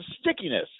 stickiness